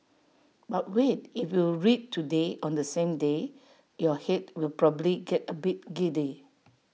but wait if you read today on the same day your Head will probably get A bit giddy